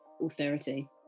austerity